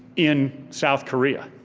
in south korea.